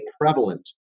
prevalent